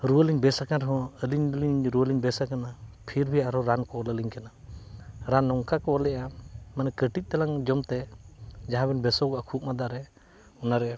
ᱨᱩᱣᱟᱹᱞᱤᱧ ᱵᱮᱥ ᱟᱠᱟᱱ ᱨᱮ ᱦᱚᱸ ᱟᱹᱞᱤᱧ ᱜᱮᱞᱤᱧ ᱵᱮᱥ ᱟᱠᱟᱱ ᱨᱮ ᱦᱚᱸ ᱯᱷᱤᱨᱵᱷᱤ ᱟᱨ ᱨᱟᱱ ᱠᱚ ᱚᱞ ᱟᱹᱞᱤᱧ ᱠᱟᱱᱟ ᱨᱟᱱ ᱱᱚᱝᱠᱟ ᱠᱚ ᱚᱞᱮᱜᱼᱟ ᱢᱟᱱᱮ ᱠᱟᱹᱴᱤᱡ ᱛᱮᱞᱟᱜ ᱡᱚᱢᱛᱮ ᱡᱟᱦᱟᱸ ᱵᱚᱱ ᱵᱮᱥᱚᱜᱼᱟ ᱠᱷᱩᱜ ᱢᱟᱫᱟ ᱨᱮ ᱚᱱᱟ ᱨᱮ